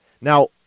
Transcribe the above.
Now